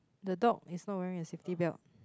the dog is not wearing a safety belt